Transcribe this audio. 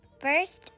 first